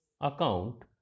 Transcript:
account